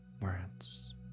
words